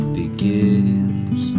begins